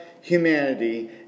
humanity